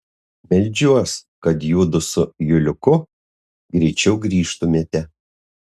meldžiuos kad judu su juliuku greičiau grįžtumėte